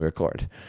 record